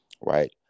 right